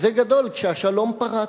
גדול כשהשלום פרץ.